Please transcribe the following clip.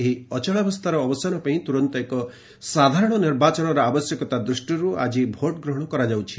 ଏହି ଅଚଳାବସ୍ଥାର ଅବସାନ ପାଇଁ ତୁରନ୍ତ ଏକ ସାଧାରଣ ନିର୍ବାଚନର ଆବଶ୍ୟକତା ଦୃଷ୍ଟିରୁ ଆଜି ଭୋଟ୍ଗ୍ରହଣ କରାଯାଉଛି